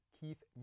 Keith